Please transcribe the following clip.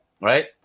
right